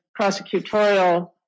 prosecutorial